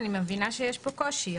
אני מבינה שיש פה קושי.